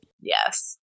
Yes